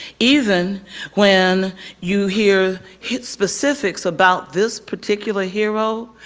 even when you hear its specifics about this particular hero,